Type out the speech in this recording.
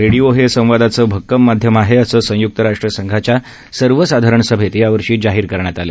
radio हे संवादाचं अक्कम माध्यम आहे असं संयुक्तराष्ट्र संघाच्या सर्व साधारण सभेत या वर्षी जाहीर करण्यात आलं